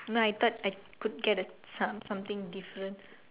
no I thought I could get a some~ something different